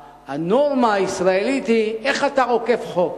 הנורמה הישראלית היא איך אתה עוקף חוק.